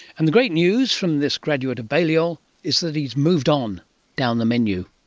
and the great news from this graduate of balliol is that he has moved on down the menu.